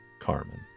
Carmen